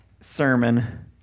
sermon